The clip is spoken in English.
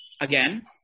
again